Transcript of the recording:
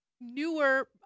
newer